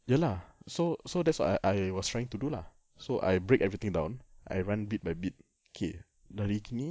ya lah so so that's what I I was trying to do lah so I break everything down I run bit by bit okay dari gini